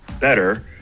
better